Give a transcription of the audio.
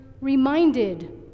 reminded